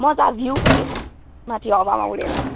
मजा भ्युहरू माथिमा हावामा उडेर